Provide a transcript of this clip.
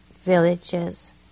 villages